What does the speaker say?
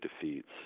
defeats